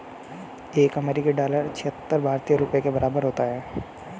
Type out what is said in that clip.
एक अमेरिकी डॉलर छिहत्तर भारतीय रुपये के बराबर होता है